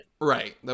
right